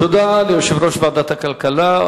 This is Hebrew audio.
תודה ליושב-ראש ועדת הכלכלה,